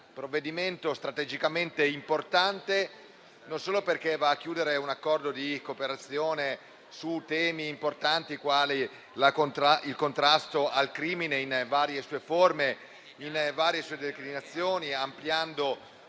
provvedimento strategicamente importante anche perché va a chiudere un accordo di cooperazione su temi importanti, quale ad esempio il contrasto al crimine in varie sue forme e declinazioni, ampliando